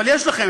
אבל יש לכם,